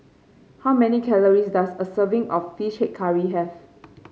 how many calories does a serving of fish head curry have